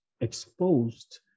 exposed